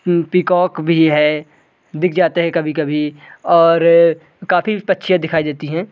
peacock भी है दिख जाते है कभी कभी और काफी पक्षियाँ दिखाई देती हैं